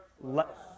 Let